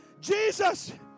Jesus